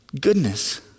goodness